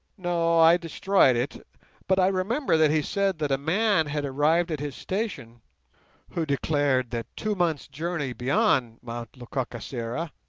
no, i destroyed it but i remember that he said that a man had arrived at his station who declared that two months' journey beyond mt lekakisera,